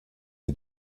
sie